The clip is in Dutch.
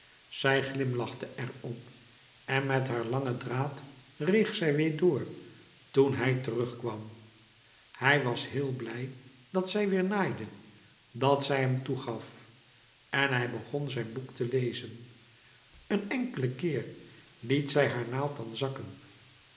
zij glimlachte er om en met haar langen draad reeg zij weêr door toen hij terug kwam hij was heel blij dat zij weêr naaide dat zij hem toegaf en hij begon zijn boek te lezen een enkelen keer liet zij haar naald dan zakken